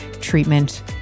treatment